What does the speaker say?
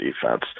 defense